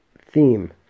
theme